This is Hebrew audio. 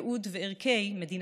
ייעודה וערכיה.